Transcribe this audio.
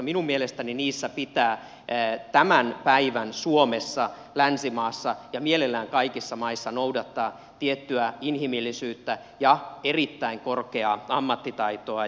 minun mielestäni niissä pitää tämän päivän suomessa länsimaassa ja mielellään kaikissa maissa noudattaa tiettyä inhimillisyyttä ja erittäin korkeaa ammattitaitoa